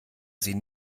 sie